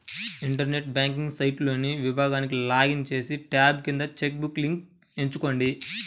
internet banking సైట్లోని విభాగానికి login చేసి, ట్యాబ్ కింద చెక్ బుక్ లింక్ ఎంచుకోండి